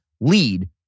lead